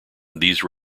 these